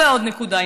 ועוד נקודה,